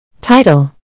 Title